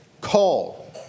call